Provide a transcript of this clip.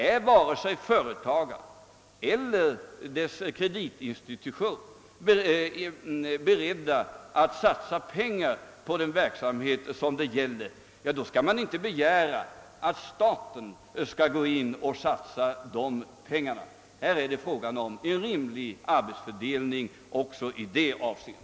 Om varken företagaren eller hans kreditinrättning är beredda att satsa pengar på den verksamhet det gäller kan man inte begära att staten skall träda till och satsa de pengar som behövs. Även där måste det vara en rimlig fördelning av åtagandena.